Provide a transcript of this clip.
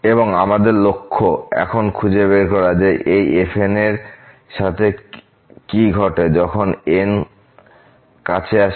এবং আমাদের লক্ষ্য এখন খুঁজে বের করা যে এই fnএর সাথে কী ঘটে যখন n কাছে আসে